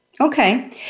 okay